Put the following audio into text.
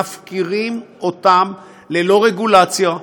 מפקירים אותם ללא רגולציה,